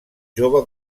jove